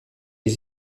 les